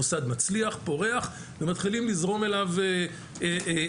המוסד מצליח ופורח ומתחילים לזרום אליו אפילו